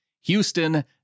Houston